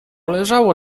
leżało